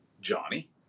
Johnny